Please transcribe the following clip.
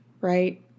right